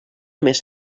més